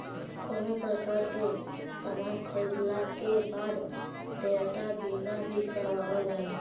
कवनो प्रकार के सामान खरीदला के बाद देयता बीमा भी करावल जाला